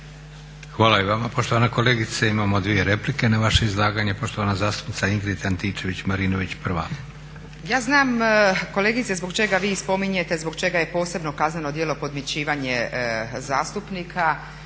Hvala i vama poštovana kolegice. Imamo dvije replike na vaše izlaganje. Poštovana zastupnica Ingrid Antičević-Marinović prva. **Antičević Marinović, Ingrid (SDP)** Ja znam kolegice zbog čega vi spominjete, zbog čega je posebno kazneno djelo podmićivanje zastupnika,